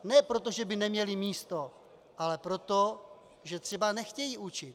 Ne proto, že by neměli místo, ale proto, že třeba nechtějí učit.